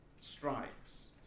strikes